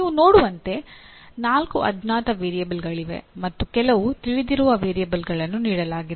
ನೀವು ನೋಡುವಂತೆ ನಾಲ್ಕು ಅಜ್ಞಾತ ವೇರಿಯಬಲ್ಗಳಿವೆ ಮತ್ತು ಕೆಲವು ತಿಳಿದಿರುವ ವೇರಿಯಬಲ್ಗಳನ್ನು ನೀಡಲಾಗಿದೆ